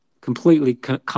completely